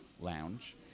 lounge